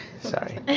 Sorry